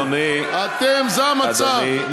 אדוני, אדוני, אתם, זה המצב.